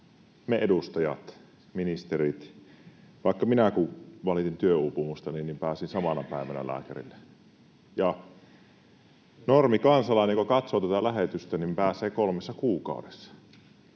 me edustajat, ministerit — vaikka minä, kun valitin työuupumustani — pääsemme samana päivänä lääkärille. Normikansalainen, kun katsoo tätä lähetystä, pääsee kolmessa kuukaudessa.